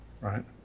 right